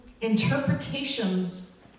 interpretations